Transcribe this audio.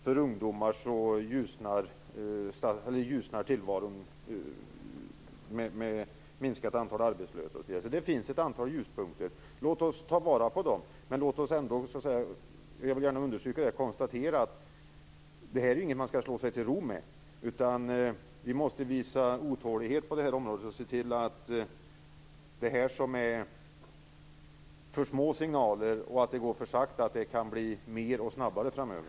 För ungdomar ljusnar tillvaron med ett minskande antal arbetslösa. Så det finns ett antal ljuspunkter. Låt oss ta vara på dem. Men låt oss ändå - det vill jag gärna understryka - konstatera att man inte skall slå sig till ro med det här. Vi måste visa otålighet på det här området. De signaler som är för få och som går för sakta kan bli fler och snabbare framöver.